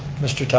mr.